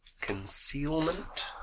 concealment